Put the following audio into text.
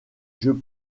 jeux